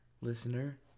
listener